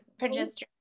progesterone